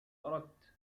أردت